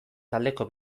taldeko